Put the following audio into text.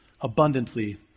abundantly